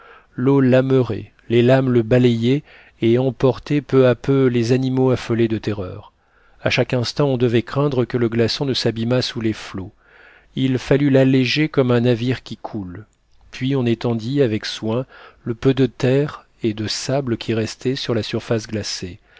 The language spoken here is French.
l'eau l'ameurait les lames le balayaient et emportaient peu à peu les animaux affolés de terreur à chaque instant on devait craindre que le glaçon ne s'abîmât sous les flots il fallut l'alléger comme un navire qui coule puis on étendit avec soin le peu de terre et de sable qui restait sur la surface glacée